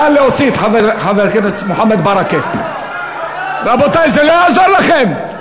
מי שמחבל, חבר הכנסת מוחמד ברכה, אני אוציא אותך.